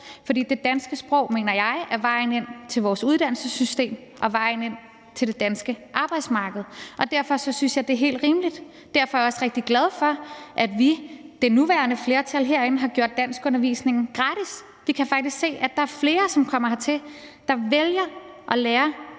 at det danske sprog er vejen ind til vores uddannelsessystem og vejen ind til det danske arbejdsmarked. Derfor synes jeg, det er helt rimeligt, og derfor er jeg også rigtig glad for, at vi, det nuværende flertal herinde, har gjort danskundervisningen gratis. Jeg kan faktisk se, at der er flere, som kommer hertil, der vælger at starte